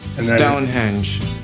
Stonehenge